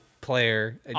player